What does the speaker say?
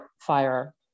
fire